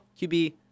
QB